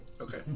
Okay